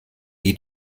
die